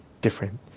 different